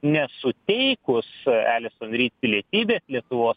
nesuteikus elison ryt pilietybės lietuvos